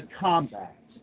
combat